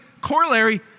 corollary